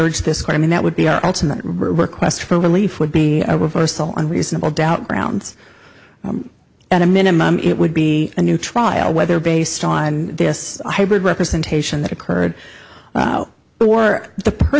urge this court i mean that would be our ultimate request for relief would be a reversal on reasonable doubt grounds at a minimum it would be a new trial whether based on this hybrid representation that occurred or the per